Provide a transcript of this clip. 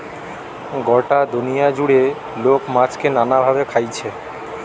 গটা দুনিয়া জুড়ে লোক মাছকে নানা ভাবে খাইছে